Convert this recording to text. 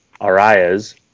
Arias